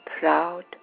proud